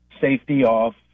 safety-off